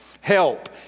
help